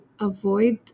avoid